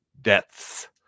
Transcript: deaths